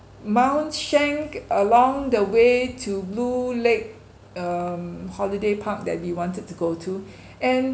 mount schank along the way to blue lake um holiday park that we wanted to go to and